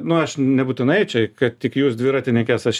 nu aš nebūtinai čia kad tik jūs dviratininkės aš